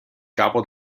capo